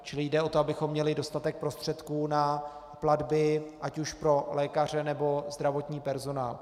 Čili jde o to, abychom měli dostatek prostředků na platby ať už pro lékaře, nebo zdravotní personál.